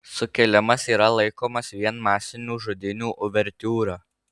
sukilimas yra laikomas vien masinių žudynių uvertiūra